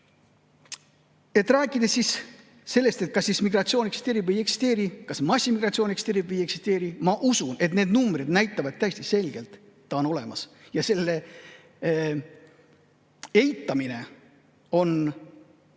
Rääkides sellest, kas migratsioon eksisteerib või ei eksisteeri, kas massiimmigratsioon eksisteerib või ei eksisteeri, ma usun, et need numbrid näitavad täiesti selgelt: ta on olemas. Selle eitamine on